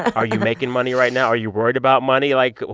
are you making money right now? are you worried about money? like,